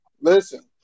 listen